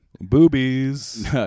Boobies